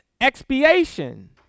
expiation